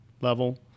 level